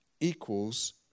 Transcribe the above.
equals